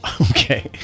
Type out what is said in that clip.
Okay